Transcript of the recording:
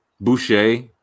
Boucher